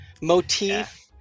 motif